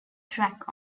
track